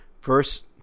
first